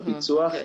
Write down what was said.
הפיצו"ח.